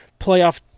playoff